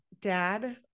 dad